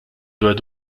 doit